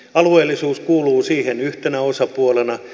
alueellisuus kuuluu siihen yhtenä osapuolena